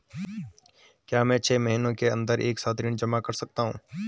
क्या मैं छः महीने के अन्दर एक साथ ऋण जमा कर सकता हूँ?